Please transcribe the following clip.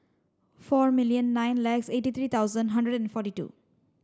four million nine lakhs eighty three thousand hundred and forty two